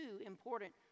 important